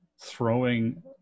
throwing